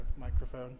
microphone